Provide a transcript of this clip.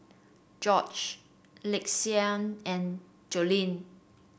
Jorge Lakeshia and Jolene